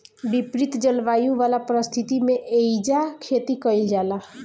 विपरित जलवायु वाला परिस्थिति में एइजा खेती कईल जाला